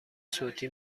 صوتی